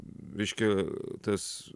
reiškia tas